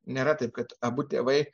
nėra taip kad abu tėvai